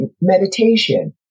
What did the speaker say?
meditation